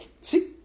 See